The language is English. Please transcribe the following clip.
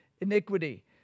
iniquity